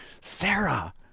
Sarah